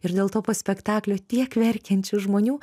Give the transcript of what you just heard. ir dėl to po spektaklio tiek verkiančių žmonių